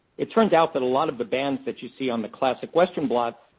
it turns out that a lot of the bands that you see on the classic western blot,